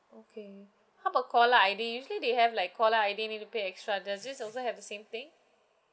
okay how about caller I_D usually they have like caller I_D you need to pay extra does it also have the same thing